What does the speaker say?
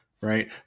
right